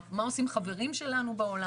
מה עושים חברים שלנו בעולם.